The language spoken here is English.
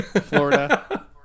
Florida